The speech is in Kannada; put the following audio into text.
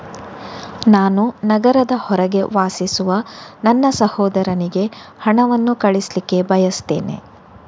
ನಾನು ನಗರದ ಹೊರಗೆ ವಾಸಿಸುವ ನನ್ನ ಸಹೋದರನಿಗೆ ಹಣವನ್ನು ಕಳಿಸ್ಲಿಕ್ಕೆ ಬಯಸ್ತೆನೆ